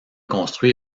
construit